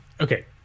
Okay